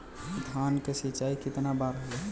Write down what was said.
धान क सिंचाई कितना बार होला?